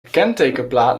kentekenplaat